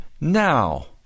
now